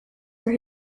for